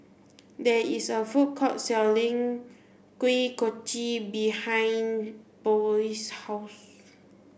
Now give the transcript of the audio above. there is a food court selling Kuih Kochi behind Boyd's house